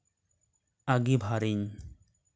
ᱟᱸᱜᱤᱵᱷᱟᱨ ᱤᱧ